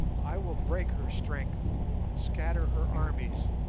i will break her strength and scatter her armies.